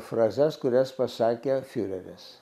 frazes kurias pasakė fiureris